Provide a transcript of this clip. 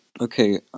Okay